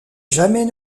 jamais